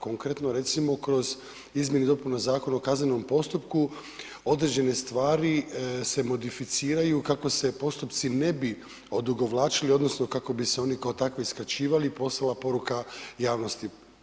Konkretno, recimo kroz izmjene i dopune Zakona o kaznenom postupku, određene stvari se modificiraju kako se postupci ne bi odugovlačili, odnosno kako bi se oni kao takvi skraćivali, poslala poruka javnosti.